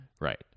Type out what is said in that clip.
right